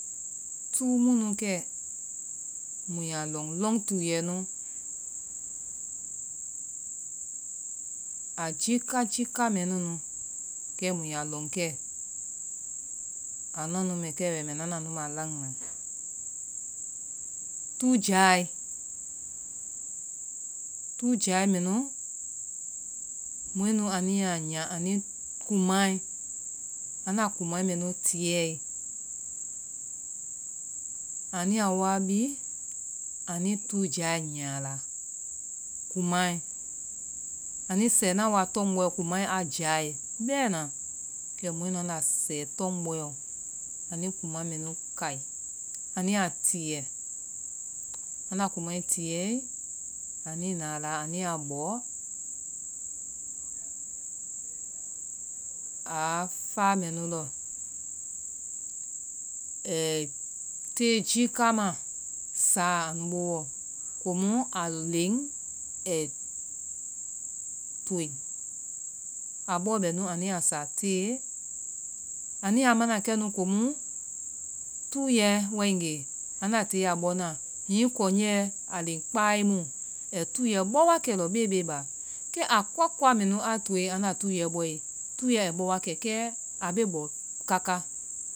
Tuu munu kɛ, muyaa lɔŋ tuuyɛ nu a jiika, jiika mɛnu nu, kɛ mutaa lɔŋ kɛ anunu mɛ kɛ wɛ mbɛ nana nu nu ma anunu mɛ kɛ wɛ mbɛ nana nu ma lanna tuu jaa, tuu jaae mɛnu, mɔɛ nu anuyaa nuia anui kumae, anda kumae mɛnu tiyɛe, anuyaa wa bi, anui tuu jaae nyia a la kumae anui sɛɛnaa wa tɔngbɔɛ kumae a jaae, bɛɛna kɛ mɔɛ nu and a sɛɛ tɔngbɔɛ ɔ. anui kumae mɛnu kai anui yaa tiyɛ anda kumae tiyɛe, anui naa la anui yaa bɔ, aa faa mɛnu lɔ ai tee jiika ma saa anu booɔ komu a leŋ ai toi. a bɔɔ bɛnu anuyaa sa tɛe, anuiyaa mana kɛnu komu tuunyɛ waegee anda tilee a bɔna, hihi kɔnjɛɛ a len kpaae mu, ai tuuyɛ bɔ wa kɛ lɔ bee bee ba, kɛ a kua kua mɛnu aa toe anda tuuyɛ bɔe, tuuyɛi bɔwakɛ, kɛ a bee bɔ kaka.